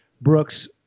Brooks